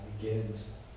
begins